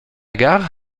gare